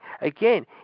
Again